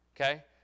Okay